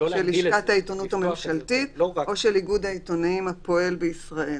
של לשכת העיתונות הממשלתית או של איגוד העיתונאים הפועל בישראל.